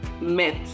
met